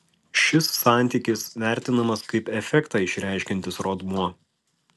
šis santykis vertinamas kaip efektą išreiškiantis rodmuo